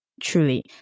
truly